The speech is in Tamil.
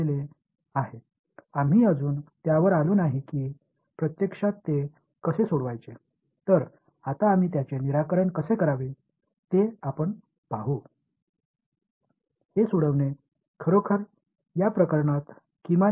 இப்போது அதை எவ்வாறு தீர்ப்பது என்பதைப் பார்ப்போம் இதைத் தீர்ப்பது உண்மையில் குறைந்தபட்சம் இந்த விஷயத்தில் அவ்வளவு கடினம் அல்ல என்பதை நீங்கள் காண்பீர்கள்